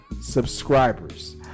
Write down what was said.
subscribers